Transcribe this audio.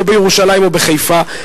או בירושלים או בחיפה,